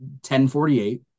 1048